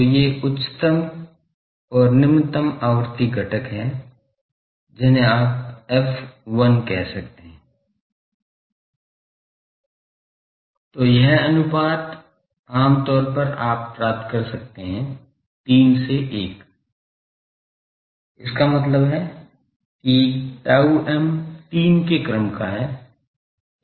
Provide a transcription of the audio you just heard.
तो ये उच्चतम और निम्नतम आवृत्ति घटक हैं जिन्हें आप f 1 कह सकते हैं तो यह अनुपात आमतौर पर आप प्राप्त कर सकते हैं 3 से 1 इसका मतलब है कि tau m 3 के क्रम का है